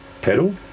pedal